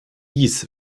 dies